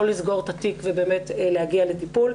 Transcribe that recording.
ותה לא לסגור את התיק ובאמת להגיע לטיפול.